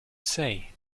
say